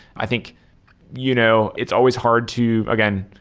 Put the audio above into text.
i think you know it's always hard to, again,